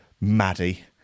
Maddie